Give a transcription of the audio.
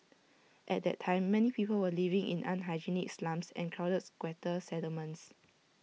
at that time many people were living in unhygienic slums and crowded squatter settlements